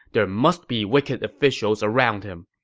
there must be wicked officials around him.